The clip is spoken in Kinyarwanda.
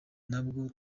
nabwo